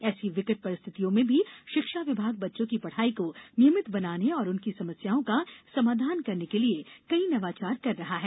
ऐसी विकट परिस्थितियों में भी शिक्षा विभाग बच्चों की पढ़ाई को नियमित बनाने और उनकी समस्याओं का समाधान करने के लिये कई नवाचार कर रहा है